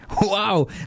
wow